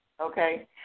okay